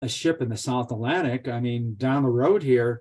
האונייה בדרום האנטלנטי, אני מתכוון למטה בשביל פה